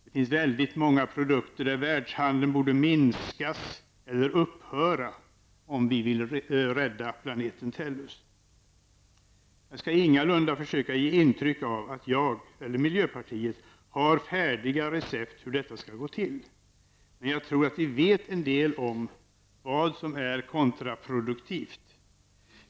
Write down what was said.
Det finns väldigt många produkter där världshandeln borde minskas eller upphöra om vi vill rädda planeten Tellus. Jag skall ingalunda försöka ge intryck av att jag eller miljöpartiet har färdiga recept för hur detta skall gå till. Men jag tror att vi vet en del om vad som är kontraproduktivt.